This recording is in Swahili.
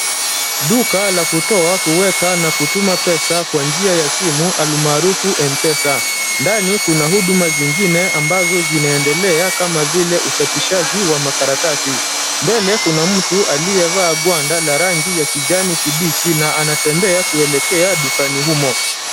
Duka la kutoa, kuweka na kutuma pesa kwa njia ya simu almaarufu Mpesa. Ndani kuna huduma zingine ambazo zinaendelea kama vile uchapishaji wa makaratasi. Mbele kuna mtu aliyevaa gwanda la rangi ya kijani kibichi na anatembea kuelekea dukani humo.